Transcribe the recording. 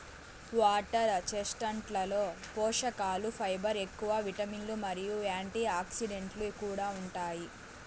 water చెస్ట్నట్లలో పోషకలు fibre ఎక్కువ, విటమిన్లు మరియు యాంటీఆక్సిడెంట్లు కూడా ఉంటాయి